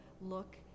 look